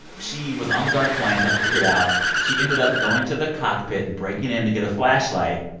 she was on the dark plane, tried to figure it out. she ended up going to the cockpit and breaking in to get a flashlight.